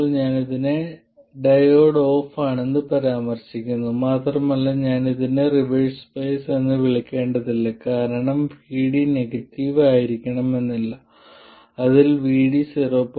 ഞാൻ ഇതിനെ diode off ആണെന്ന് പരാമർശിക്കുന്നു മാത്രമല്ല ഞാൻ ഇതിനെ റിവേഴ്സ് ബയസ് എന്ന് വിളിക്കേണ്ടതില്ല കാരണം VD നെഗറ്റീവ് ആയിരിക്കണമെന്നില്ല അതിൽ VD 0